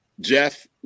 Jeff